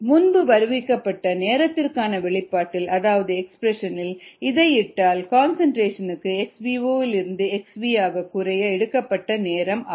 303kd log10 முன்பு வருவிக்கப்பட்ட நேரத்திற்கான வெளிப்பாட்டில் அதாவது எக்ஸ்பிரஷன் இல் இதை இட்டால் கன்சன்ட்ரேஷன்க்கு xvo இல் இருந்து xv ஆக குறைய எடுக்கப்பட்ட நேரம் ஆகும்